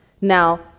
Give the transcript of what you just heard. Now